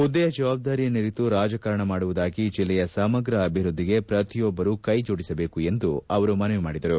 ಹುದ್ದೆಯ ಜವಾಬ್ದಾರಿಯನ್ನರಿತು ರಾಜಕಾರಣ ಮಾಡುವುದಾಗಿ ಜಿಲ್ಲೆಯ ಸಮಗ್ರ ಅಭಿವೃದ್ದಿಗೆ ಪ್ರತಿಯೊಬ್ಬರೂ ಕೈ ಜೋಡಿಸಬೇಕು ಎಂದು ಅವರು ಮನವಿ ಮಾಡಿದರು